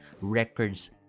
records